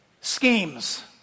schemes